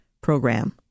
program